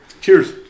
Cheers